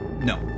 No